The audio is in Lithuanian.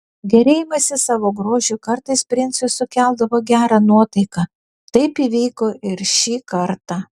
gėrėjimasis savo grožiu kartais princui sukeldavo gerą nuotaiką taip įvyko ir šį kartą